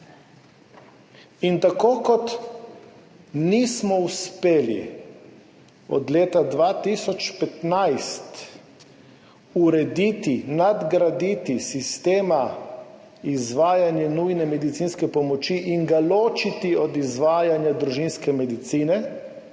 Tako kot nismo uspeli od leta 2015 urediti, nadgraditi sistema izvajanja nujne medicinske pomoči in ga ločiti od izvajanja družinske medicine,